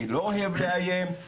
אני לא אוהב לאיים,